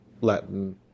Latin